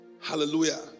hallelujah